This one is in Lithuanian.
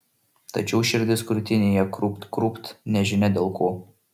tačiau širdis krūtinėje krūpt krūpt nežinia dėl ko